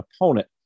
opponent